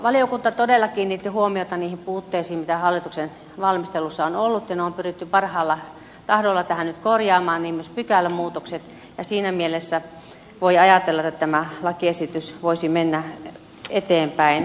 valiokunta todella kiinnitti huomiota niihin puutteisiin mitä hallituksen valmistelussa on ollut ja ne on pyritty parhaalla tahdolla tähän nyt korjaamaan niin myös pykälämuutokset ja siinä mielessä voi ajatella että tämä lakiesitys voisi mennä eteenpäin